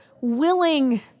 willing